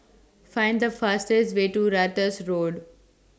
Find The fastest Way to Ratus Road